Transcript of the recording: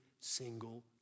single